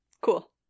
Cool